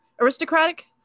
aristocratic